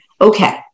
Okay